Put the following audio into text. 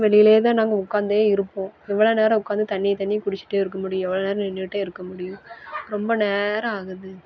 வெளியிலயே தான் நாங்கள் உட்காந்தே இருப்போம் எவ்வளோ நேரம் உட்காந்து தண்ணியை தண்ணியை குடிச்சிகிட்டே இருக்கமுடியும் எவ்வளோ நேரம் நின்றுக்கிட்டே இருக்க முடியும் ரொம்ப நேரம் ஆகுது